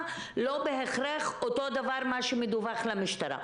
הוא לא בהכרח אותו דבר שמדווח למשטרה.